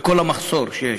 בכל המחסור שיש.